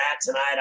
tonight